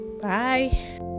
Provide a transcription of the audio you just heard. bye